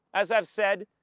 as i've said,